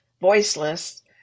voiceless